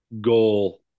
goal